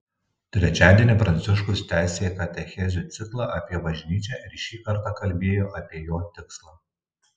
trečiadienį pranciškus tęsė katechezių ciklą apie bažnyčią ir šį kartą kalbėjo apie jo tikslą